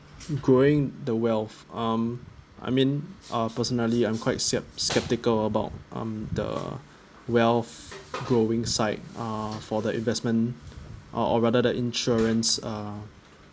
growing the wealth um I mean uh personally I'm quite scep~ sceptical about um the wealth growing side uh for the investment or rather the insurance uh